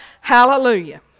Hallelujah